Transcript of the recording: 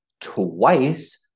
twice